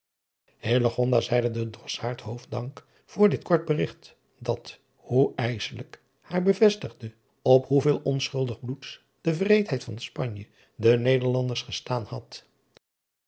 zeide den drossaard hooft dank voor dit kort berigt dat hoe ijsselijk haar bevestigde op hoeveel onschulding bloeds de wreedheid van spanje den nederlanders gestaan had